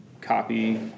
copy